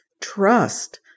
trust